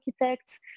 architects